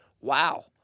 Wow